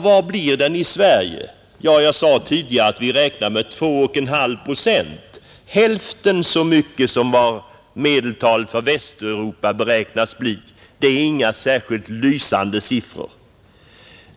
Vad blir den i Sverige? Jag sade tidigare att vi räknar med 2,5 procent, hälften så mycket som av medeltalet för Västeuropa beräknas bli. Det är inga särskilt lysande siffror.